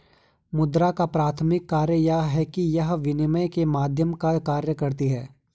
मुद्रा का प्राथमिक कार्य यह है कि यह विनिमय के माध्यम का कार्य करती है